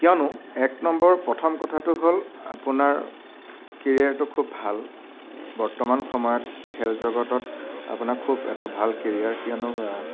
কিয়নো এক নম্বৰ প্ৰথম কথাটো হ'ল আপোনাৰ কেৰিয়াৰটো খুব ভাল বৰ্তমান সময়ত খেল জগতত আপোনাক খুব এটা ভাল কেৰিয়াৰ কিয়নো